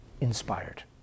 inspired